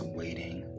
waiting